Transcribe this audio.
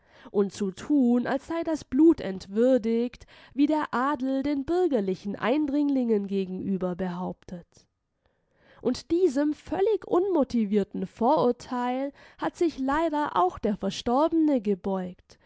und zu thun als sei das blut entwürdigt wie der adel den bürgerlichen eindringlingen gegenüber behauptet und diesem völlig unmotivierten vorurteil hat sich leider auch der verstorbene gebeugt